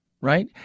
right